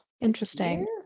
interesting